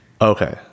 Okay